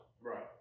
Right